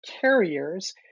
carriers